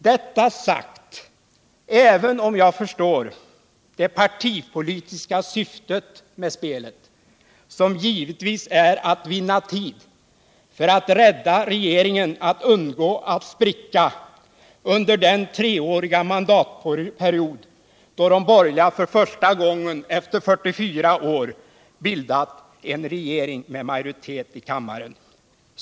Detta sagt även om jag förstår det partipolitiska syftet med spelet, som givetvis är att vinna tid för att rädda regeringen från att spricka under den treåriga mandatperiod då de borgerliga för första gången på 44 år bildat en regering med majoritet i kammaren.